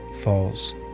falls